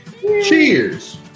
Cheers